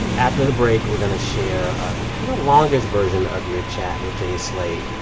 after the break, we're going to share a kind of long-ish version of your chat with jenny slate.